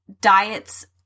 diets